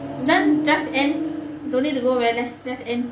then just end don't need to go just end